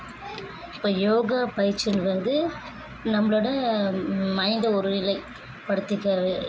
இப்போ யோகா பயிற்சின்றது நம்மளோட மைண்டை ஒருநிலை படுத்திக்கிறது